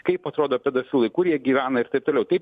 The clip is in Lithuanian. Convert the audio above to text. kaip atrodo pedofilai kur jie gyvena ir taip toliau kaip